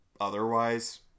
otherwise